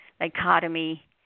dichotomy